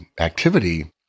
activity